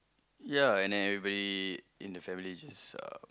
ya and then everybody in the family just uh